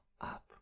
up